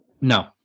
No